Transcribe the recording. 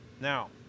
Now